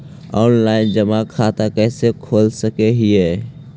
Online जमा खाता कैसे खोल सक हिय?